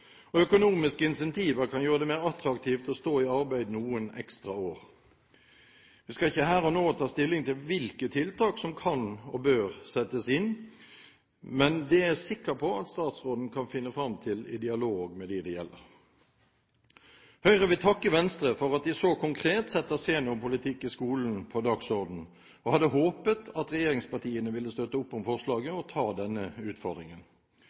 og økonomiske incentiver kan gjøre det mer attraktivt å stå i arbeid noen ekstra år. Vi skal ikke her og nå ta stilling til hvilke tiltak som kan og bør settes inn, men det er jeg sikker på at statsråden kan finne fram til i dialog med dem det gjelder. Høyre vil takke Venstre for at de så konkret setter seniorpolitikk i skolen på dagsordenen, og hadde håpet at regjeringspartiene ville støtte opp om forslaget og ta denne utfordringen.